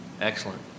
excellent